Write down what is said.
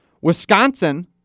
Wisconsin